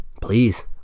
Please